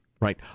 right